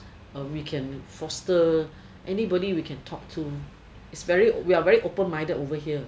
uh we can foster anybody we can talk to we are very open minded over here